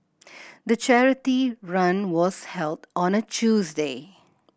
the charity run was held on a Tuesday